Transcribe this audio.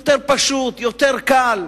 יותר פשוט, יותר קל.